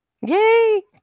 Yay